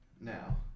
Now